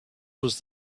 was